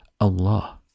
allah